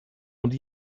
und